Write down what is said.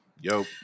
Yo